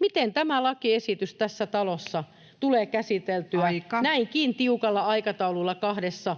miten tämä lakiesitys tässä talossa tulee käsiteltyä [Puhemies: Aika!] näinkin tiukalla aikataululla kahdessa